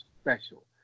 special